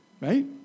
Right